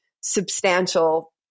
substantial